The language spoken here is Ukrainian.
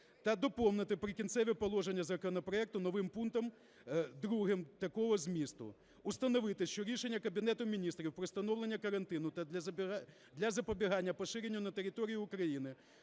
та доповнити "Прикінцеві положення" законопроекту новим пунктом 2 такого змісту: "Установити, що рішення Кабінету Міністрів про встановлення карантину та для запобігання поширення на території України